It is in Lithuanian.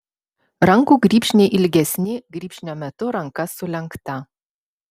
rankų grybšniai ilgesni grybšnio metu ranka sulenkta